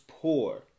poor